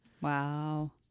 Wow